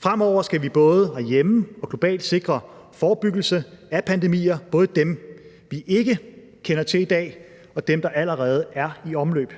Fremover skal vi både herhjemme og globalt sikre forebyggelse af pandemier, både dem, vi ikke kender til i dag, og dem, der allerede er i omløb.